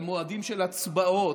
על מועדים של הצבעות,